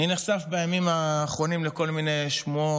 אני נחשף בימים האחרונים לכל מיני שמועות,